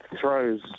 throws